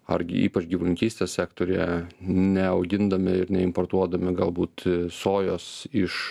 ar ypač gyvulininkystės sektoriuje neaugindami ir neimportuodami galbūt sojos iš